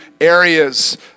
areas